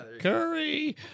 Curry